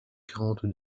quarante